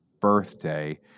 birthday